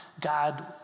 God